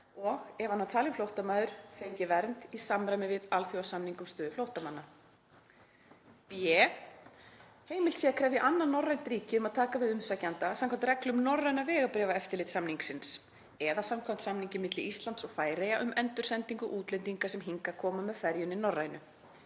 og, ef hann var talinn flóttamaður, fengið vernd í samræmi við alþjóðasamning um stöðu flóttamanna, b. heimilt sé að krefja annað norrænt ríki um að taka við umsækjanda samkvæmt reglum norræna vegabréfaeftirlitssamningsins eða samkvæmt samningi milli Íslands og Færeyja um endursendingu útlendinga sem hingað koma með ferjunni Norrænu,